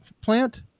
plant